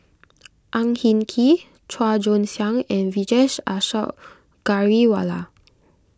Ang Hin Kee Chua Joon Siang and Vijesh Ashok Ghariwala